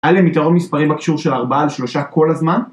היה להם יתרון מספרי בקישור של 4 על 3 כל הזמן?